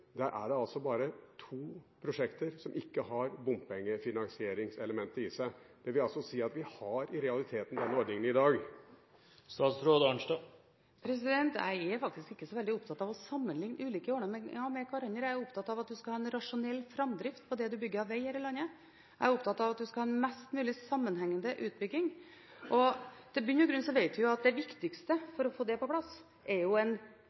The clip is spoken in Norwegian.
er det bare to prosjekter som ikke har bompengefinansieringselementet i seg. Det vil si at vi i realiteten har den ordningen i dag. Jeg er faktisk ikke så veldig opptatt av å sammenligne ulike ordninger med hverandre. Jeg er opptatt av at en skal ha en rasjonell framdrift på det en bygger av veg her i landet. Jeg er opptatt av at en skal ha en mest mulig sammenhengende utbygging. I bunn og grunn vet vi at det viktigste for å få det på plass, er en